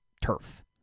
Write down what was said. turf